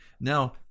Now